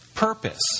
purpose